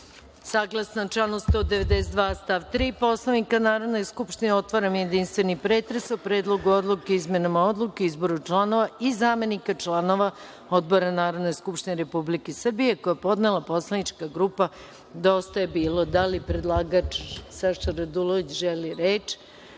članu 192. stav 3. Poslovnika Narodne skupštine otvaram jedinstveni pretres o Ppredlogu odluke o izmenama odluke o izboru članova i zamenika članova odbora Narodne skupštine Republike Srbije, koji je podnela poslanička grupa DJB.Da li predlagač Saša Radulović želi reč?